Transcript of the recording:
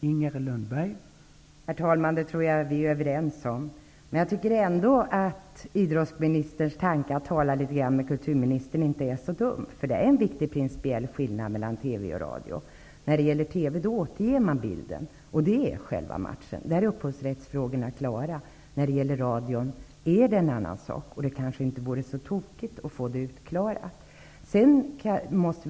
Herr talman! Jag tror att vi är överens på den punkten. Men jag tycker ändå att idrottsministerns tanke, nämligen att tala med kulturministern, inte är så dum. Det är ju en viktig principiell skillnad mellan TV och radio. I TV återges ju bilden, och det är själva matchen. Där är upphovsrätten klar. När det gäller radion är det annorlunda. Det är kanske inte så tokigt att detta klaras ut.